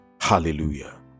Hallelujah